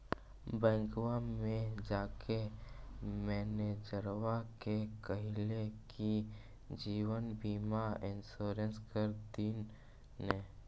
बैंकवा मे जाके मैनेजरवा के कहलिऐ कि जिवनबिमा इंश्योरेंस कर दिन ने?